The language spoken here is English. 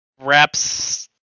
wraps